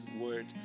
word